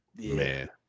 Man